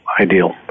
ideal